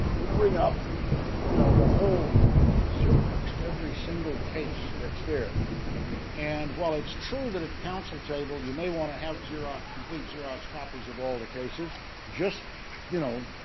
who bring up you know the whole xeroxed every single case that's there and while it's true that a counsel table you may want to have complete xerox copies of all the cases just you know,